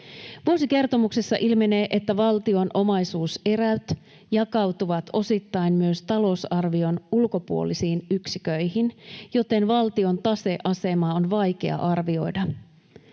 Vuosikertomuksessa ilmenee, että valtion omaisuuserät jakautuvat osittain myös talousarvion ulkopuolisiin yksiköihin, joten valtion taseasemaa on vaikea arvioida.